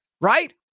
right